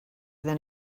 than